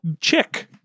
chick